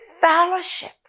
fellowship